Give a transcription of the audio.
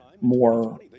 more